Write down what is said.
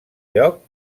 lloc